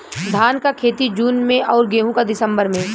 धान क खेती जून में अउर गेहूँ क दिसंबर में?